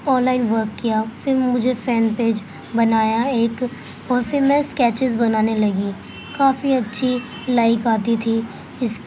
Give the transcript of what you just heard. on line work کیا پھر مجھے فین پیج بنایا ایک اور پھر میں اسکیچز بنانے لگی کافی اچھی لائک آتی تھی اس